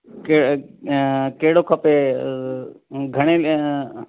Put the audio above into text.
के कहिड़ो खपे घणे